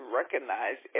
recognize